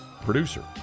producer